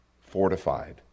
fortified